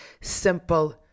simple